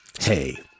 Hey